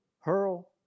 hurl